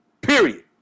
Period